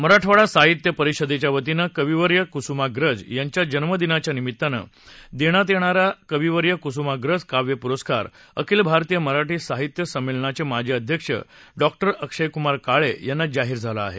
मराठवाडा साहित्य परिषदेच्यावतीनं कविवर्य कुसुमाग्रज यांच्या जन्मदिनाच्या निमित्तानं देण्यात येणारा कविवर्य कुसुमाग्रज काव्य पूरस्कार अखिल भारतीय मराठी साहित्य संमेलनाचे माजी अध्यक्ष डॉक्टर अक्षयक्रमार काळे यांना जाहीर झाला आहे